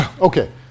Okay